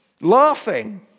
laughing